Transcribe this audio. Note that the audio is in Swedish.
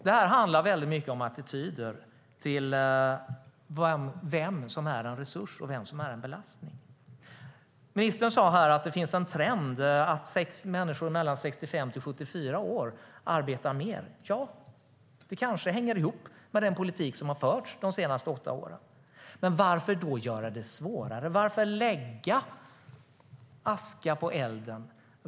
Det här handlar väldigt mycket om attityder till vem som är en resurs och vem som är en belastning. Ministern sa att det finns en trend att människor mellan 65 och 74 år arbetar mer. Det kanske hänger ihop med den politik som har förts de senaste åtta åren. Varför då göra det svårare? Varför lägga aska på elden?